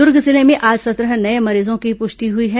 दुर्ग जिले में आज सत्रह नये मरीजों की पुष्टि हुई है